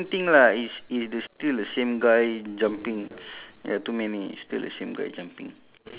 nine ah ten